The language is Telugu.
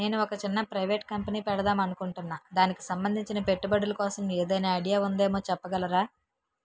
నేను ఒక చిన్న ప్రైవేట్ కంపెనీ పెడదాం అనుకుంటున్నా దానికి సంబందించిన పెట్టుబడులు కోసం ఏదైనా ఐడియా ఉందేమో చెప్పగలరా?